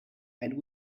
and